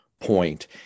point